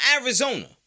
Arizona